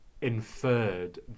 inferred